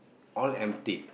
all empty